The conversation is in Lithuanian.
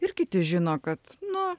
ir kiti žino kad nu